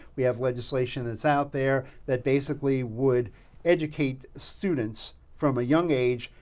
we have legislation that's out there that basically would educate students from a young age,